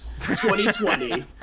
2020